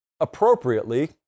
Appropriately